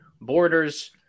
borders